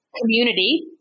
community